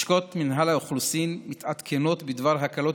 לשכות מינהל האוכלוסין מתעדכנות בדבר הקלות